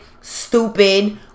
stupid